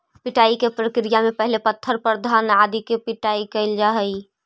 पिटाई के प्रक्रिया में पहिले पत्थर पर घान आदि अनाज के पीटल जा हइ